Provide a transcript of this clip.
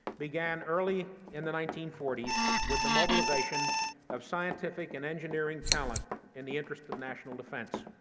began early in the nineteen forty s with the mobilization of scientific and engineering talent in the interest of national defense,